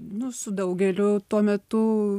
nu su daugeliu tuo metu